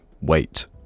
wait